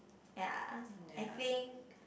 ya I think